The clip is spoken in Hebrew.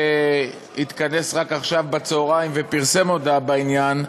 שהתכנס רק עכשיו בצהריים ופרסם הודעה בעניין,